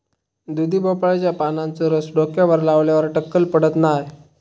दुधी भोपळ्याच्या पानांचो रस डोक्यावर लावल्यार टक्कल पडत नाय